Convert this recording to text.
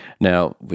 Now